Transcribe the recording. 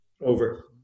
over